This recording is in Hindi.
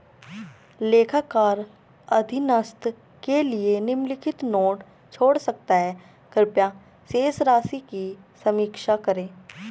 लेखाकार अधीनस्थ के लिए निम्नलिखित नोट छोड़ सकता है कृपया शेष राशि की समीक्षा करें